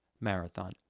marathon